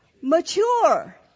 Mature